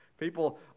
people